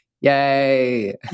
Yay